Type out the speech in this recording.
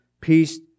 Peace